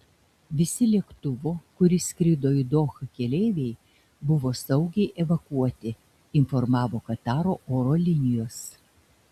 visi lėktuvo kuris skrido į dohą keleiviai buvo saugiai evakuoti informavo kataro oro linijos